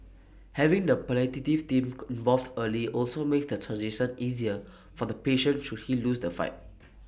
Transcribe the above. having the palliative team involved early also makes the transition easier for the patient should he lose the fight